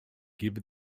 give